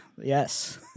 Yes